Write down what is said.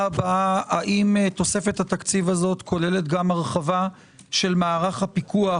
האם תוספת התקציב הזו כוללת גם הרחבת מערך הפיקוח